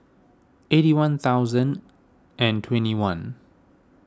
eighty one thousand and twenty one